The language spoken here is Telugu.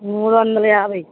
మూడువందల యాభై